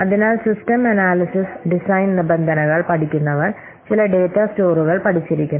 അതിനാൽ system analysis design നിബന്ധനകൾ പഠിക്കുന്നവർ ചില ഡാറ്റ സ്റ്റോറുകൾ പഠിച്ചിരിക്കണം